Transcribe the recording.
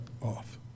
off